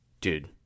dude